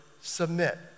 submit